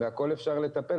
בכל אפשר לטפל,